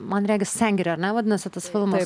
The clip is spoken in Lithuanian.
man regis sengirė ar ne vadinasi tas filmas